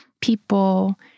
people